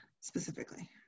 specifically